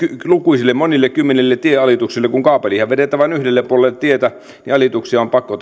lukuisille monille kymmenille tienalituksille kun kaapelihan vedetään vain yhdelle puolelle tietä niin alituksia on pakko